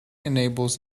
enables